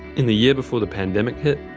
in the year before the pandemic hit,